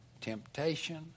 temptation